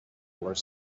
were